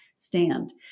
Stand